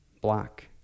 black